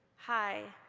hi,